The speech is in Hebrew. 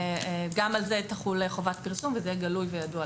גם על זה תחול חובת פרסום וזה יהיה גלוי וידוע.